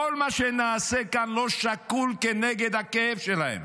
כל מה שנעשה כאן לא שקול כנגד הכאב שלהם.